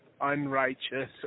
Unrighteous